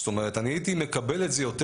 זאת אומרת: אני הייתי מקבל את זה יותר